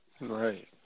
Right